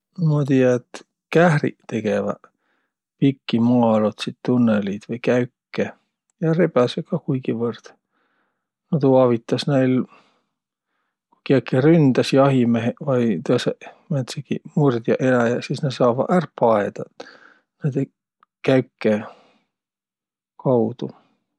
Ma tiiä, et kähriq tegeväq pikki maaalotsit tunnõliid vai käüke ja rebäseq kah kuigivõrd. No tuu avitas näil, ku kiäki ründäs, jahimeheq vai tõõsõq määntsegiq murdjaq eläjäq, sis nä saavaq ärq paedaq, et naidõ käüke kaudu.